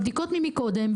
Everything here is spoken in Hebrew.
הבדיקות מקודם.